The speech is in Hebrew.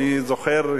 אני זוכר,